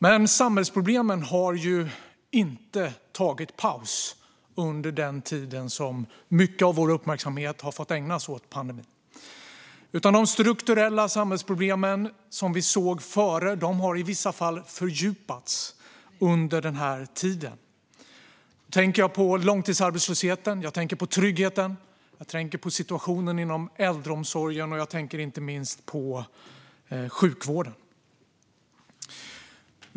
Men samhällsproblemen har ju inte tagit paus under den tid då mycket av vår uppmärksamhet har fått ägnas åt pandemin, utan de strukturella samhällsproblem som vi såg före pandemin har i vissa fall fördjupats under den här tiden. Jag tänker på långtidsarbetslösheten. Jag tänker på otryggheten. Jag tänker på situationen inom äldreomsorgen, och jag tänker inte minst på sjukvården.